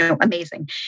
amazing